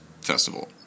festival